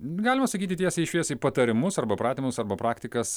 galima sakyti tiesiai šviesiai patarimus arba pratimus arba praktikas